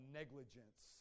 negligence